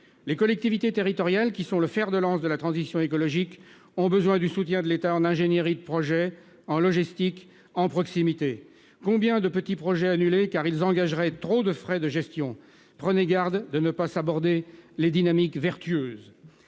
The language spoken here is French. Les collectivités territoriales, qui sont le fer de lance de la transition écologique, ont besoin du soutien de l'État pour l'ingénierie de projet, la logistique, la proximité. Combien de petits projets seront annulés parce qu'ils engageraient trop de frais de gestion ? Prenez garde de ne pas saborder les dynamiques vertueuses